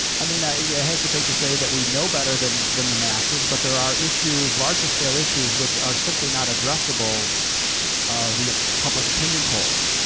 i mean, i yeah hesitate to say that we know better than than the masses, but there are issues, larger-scale issues, which are simply not addressable um via public opinion polls.